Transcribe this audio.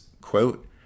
quote